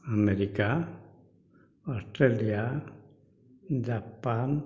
America Australia Japan